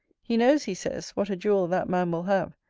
he knows, he says, what a jewel that man will have,